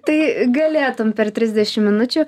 tai galėtum per trisdešim minučių